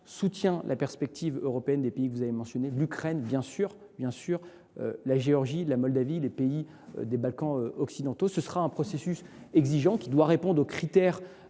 soutient la perspective européenne des pays que vous avez mentionnés, monsieur le sénateur : l’Ukraine, bien sûr, la Géorgie, la Moldavie et les pays des Balkans occidentaux. Ce sera un processus exigeant, qui doit répondre aux critères